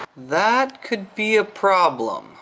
that could be a problem.